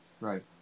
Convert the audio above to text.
Right